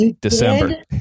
December